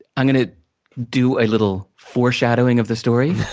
i'm gonna do a little foreshadowing of the story.